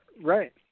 right